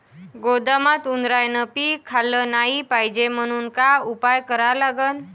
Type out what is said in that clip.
गोदामात उंदरायनं पीक खाल्लं नाही पायजे म्हनून का उपाय करा लागन?